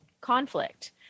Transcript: conflict